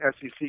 SEC